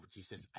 Jesus